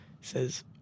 says